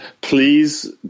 please